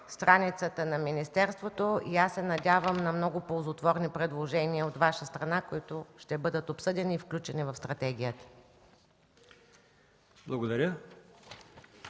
страницата на министерството и аз се надявам на много ползотворни предложения от Ваша страна, които ще бъдат обсъдени и включени в стратегията.